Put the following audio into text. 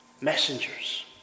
messengers